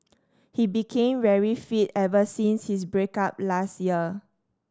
he became very fit ever since his break up last year